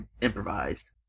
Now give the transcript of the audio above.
improvised